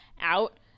out